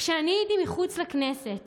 כשאני הייתי מחוץ לכנסת